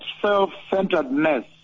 self-centeredness